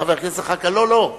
חבר הכנסת זחאלקה, לא, לא.